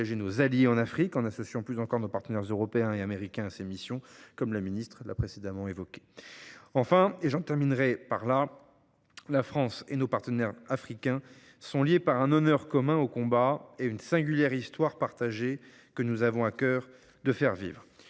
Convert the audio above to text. nos alliés en Afrique, en associant plus encore nos partenaires européens et américains à ces missions, comme la ministre l’a souligné. Enfin, et j’en terminerai par là, la France et ses partenaires africains sont liés par un honneur commun au combat et une singulière histoire partagée, que nous avons à cœur de faire vivre.